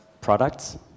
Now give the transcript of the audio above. products